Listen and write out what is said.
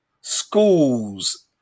schools